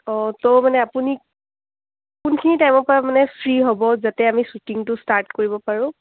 অঁ ত' মানে আপুনি কোনখিনি টাইমৰ পৰা মানে ফ্ৰী হ'ব যাতে আমি শ্বুটিংটো ষ্টাৰ্ট কৰিব পাৰোঁ